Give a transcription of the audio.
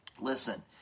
listen